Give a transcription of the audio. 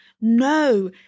no